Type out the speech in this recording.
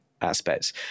aspects